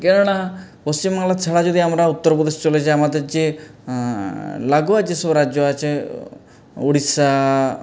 কেননা পশ্চিমবাংলা ছাড়া যদি আমরা উত্তরপ্রদেশ চলে যাই আমাদের যে লাগোয়া যেসব রাজ্য আছে উড়িষ্যা